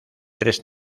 tres